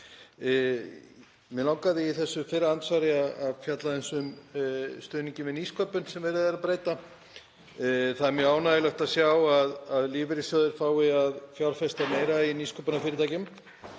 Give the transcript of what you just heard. Mig langaði í þessu fyrra andsvari að fjalla aðeins um stuðninginn við nýsköpun sem verið er að breyta. Það er mjög ánægjulegt að sjá að lífeyrissjóðir fái að fjárfesta meira í nýsköpunarfyrirtækjum.